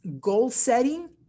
goal-setting